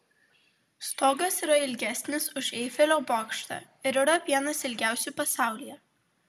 stogas yra ilgesnis už eifelio bokštą ir yra vienas ilgiausių pasaulyje